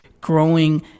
growing